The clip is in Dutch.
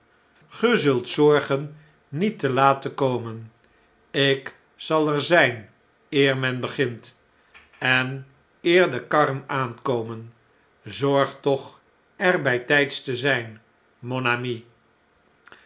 zult zorgen niet te laat te komen ik zal er zjjn eer men begint en eer de karren aankomen zorg toch er bjjtjjds te zp